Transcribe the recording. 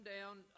down